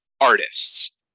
artists